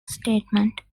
statement